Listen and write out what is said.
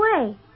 away